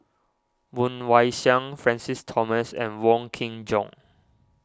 Woon Wah Siang Francis Thomas and Wong Kin Jong